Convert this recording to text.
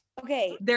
Okay